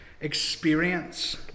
experience